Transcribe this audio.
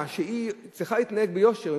שצריכה להתנהג ביושר,